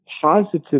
positive